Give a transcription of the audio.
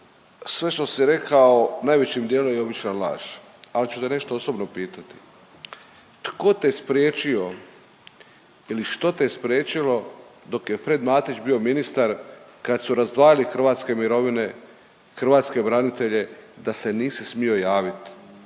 sve što si rekao, najvećim dijelom je obična laž, al ću te nešto osobno pitati. Tko te spriječio ili što te je spriječilo dok je Fred Matić bio ministar kad su razdvajali hrvatske mirovine, hrvatske branitelje da se nisi smio javit?